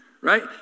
right